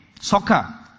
soccer